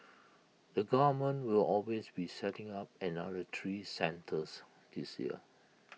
the government will always be setting up another three centres this year